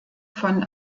von